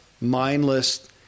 mindless